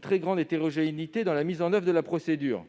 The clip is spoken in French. très grande hétérogénéité dans la mise en oeuvre de la procédure